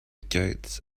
gates